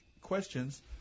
questions